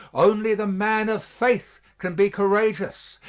only the man of faith can be courageous.